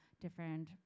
different